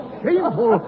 shameful